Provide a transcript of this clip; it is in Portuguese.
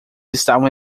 estavam